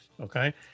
Okay